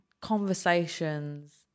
conversations